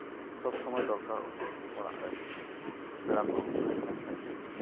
ᱥᱚᱵ ᱥᱚᱢᱚᱭ ᱫᱚᱨᱠᱟᱨᱚᱜᱼᱟ ᱚᱲᱟᱜ ᱨᱮ ᱯᱮᱲᱟ ᱯᱟᱹᱲᱦᱟᱹ ᱠᱚ ᱦᱮᱡ ᱞᱮᱱᱠᱷᱟᱡ